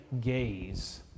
gaze